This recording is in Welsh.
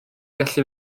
gallu